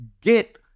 get